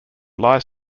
lies